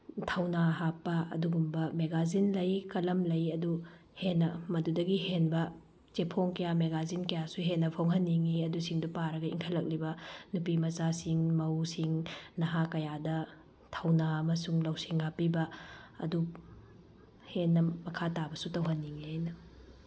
ꯊꯧꯅꯥ ꯍꯥꯞꯄ ꯑꯗꯨꯒꯨꯝꯕ ꯃꯦꯒꯥꯖꯤꯟ ꯂꯩ ꯀꯂꯝ ꯂꯩ ꯑꯗꯨ ꯍꯦꯟꯅ ꯃꯗꯨꯗꯒꯤ ꯍꯦꯟꯕ ꯆꯦꯐꯣꯡ ꯀꯌꯥ ꯃꯦꯒꯥꯖꯤꯟ ꯀꯌꯥꯁꯨ ꯍꯦꯟꯅ ꯐꯣꯡꯍꯟꯅꯤꯡꯉꯤ ꯑꯗꯨꯁꯤꯡꯗꯣ ꯄꯥꯔꯒ ꯏꯟꯈꯠꯂꯛꯂꯤꯕ ꯅꯨꯄꯤꯃꯆꯥꯁꯤꯡ ꯃꯧꯁꯤꯡ ꯅꯍꯥ ꯀꯌꯥꯗ ꯊꯧꯅꯥ ꯑꯃꯁꯨꯡ ꯂꯧꯁꯤꯡ ꯍꯥꯞꯄꯤꯕ ꯑꯗꯨ ꯍꯦꯟꯅ ꯃꯈꯥ ꯇꯥꯕꯁꯨ ꯇꯧꯍꯟꯅꯤꯡꯉꯤ ꯑꯩꯅ